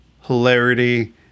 hilarity